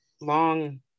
long